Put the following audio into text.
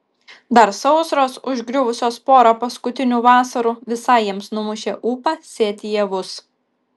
dar sausros užgriuvusios porą paskutinių vasarų visai jiems numušė ūpą sėti javus